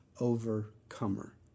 overcomer